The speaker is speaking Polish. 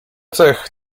cech